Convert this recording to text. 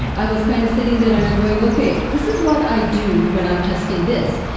i was kind of sitting there and i'm going, okay. this is what i do when i'm testing this.